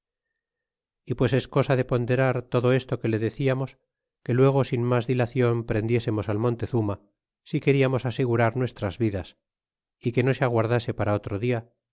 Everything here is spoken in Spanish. y pues es cosa de ponderar todo esto que le deciamos que luego sin mas dilacion prendiésemos al montezuma si queriamos asegurar nuestras lacias y que no se aguardase para otro dia